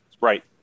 Right